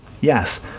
yes